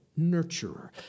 nurturer